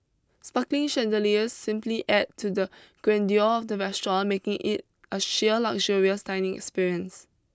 sparkling chandeliers simply adds to the grandeur of the restaurant making it a sheer luxurious dining experience